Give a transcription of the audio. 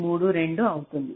32 అవుతుంది